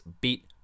Beat